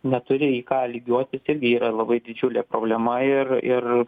neturėji į ką lygiuotis irgi yra labai didžiulė problema ir ir